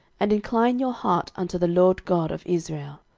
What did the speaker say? and incline your heart unto the lord god of israel.